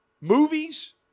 Movies